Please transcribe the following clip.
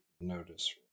notice